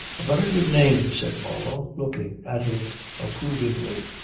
a very good name, said marlow looking at him approvingly.